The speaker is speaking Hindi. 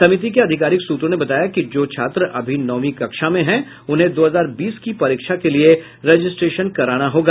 समिति के अधिकारिक सूत्रों ने बताया कि जो छात्र अभी नौवीं कक्षा में हैं उन्हें दो हजार बीस की परीक्षा के लिये रजिस्ट्रेशन कराना होगा